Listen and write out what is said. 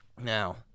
Now